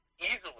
easily